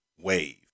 wave